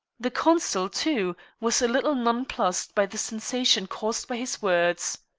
the consul, too, was a little nonplussed by the sensation caused by his words.